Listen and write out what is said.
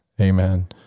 Amen